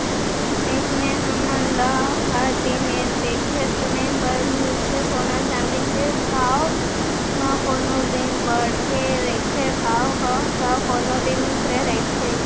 अइसने हमन ल हर दिन देखे सुने बर मिलथे सोना चाँदी के भाव म कोनो दिन बाड़हे रहिथे भाव ह ता कोनो दिन उतरे रहिथे